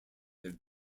have